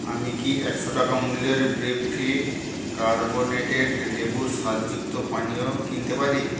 আমি কি একশো টাকা মূল্যের বেফ্রি কার্বনেটেড লেবুর স্বাদযুক্ত পানীয় কিনতে পারি